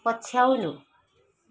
पछ्याउनु